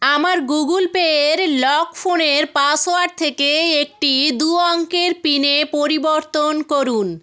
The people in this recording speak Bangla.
আমার গুগল পে এর লক ফোনের পাসওয়ার্ড থেকে একটি দু অঙ্কের পিনে পরিবর্তন করুন